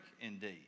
indeed